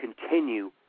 continue